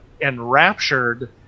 enraptured